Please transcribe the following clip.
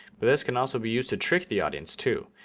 but this can also be used to trick the audience too.